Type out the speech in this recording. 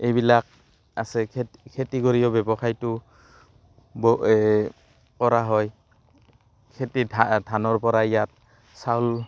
এইবিলাক আছে খে খেতি কৰিও ব্যৱসায়টো ব কৰা হয় খেতি ধা ধানৰ পৰাই ইয়াত চাউল